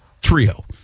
trio